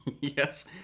yes